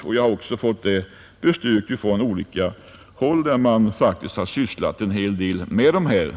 Detta har jag fått bestyrkt från olika håll där man faktiskt sysslat en hel del med dessa problem.